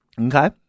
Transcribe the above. Okay